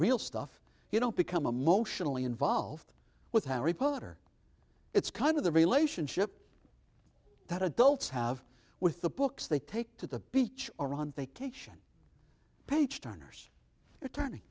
real stuff you don't become emotionally involved with harry potter it's kind of the relationship that adults have with the books they take to the beach or on vacation page turners attorney